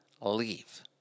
leave